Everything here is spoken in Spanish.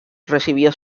recibió